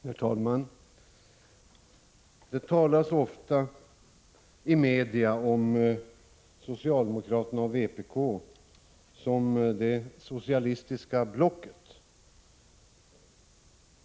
Herr talman! Det talas ofta i massmedia om socialdemokraterna och vpk som ” det socialistiska blocket”.